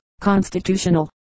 Constitutional